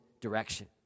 direction